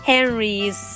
Henry's